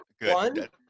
one